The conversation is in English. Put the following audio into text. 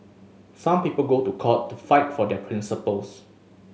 some people go to court to fight for their principles